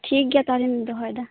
ᱴᱷᱤᱠ ᱜᱮᱭᱟ ᱛᱟᱦᱚᱞᱤᱧ ᱫᱚᱦᱚᱭ ᱮᱫᱟ